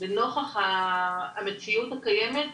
לנוכח המציאות הקיימת,